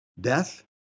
death